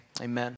amen